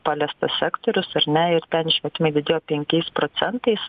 paliestas sektorius ar ne ir ten išmetimai didėjo penkiais procentais